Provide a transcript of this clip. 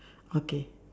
okay